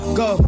go